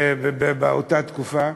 באותה תקופה.